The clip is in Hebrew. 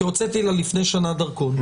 כי הוצאתי לה לפני שנה דרכון,